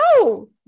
no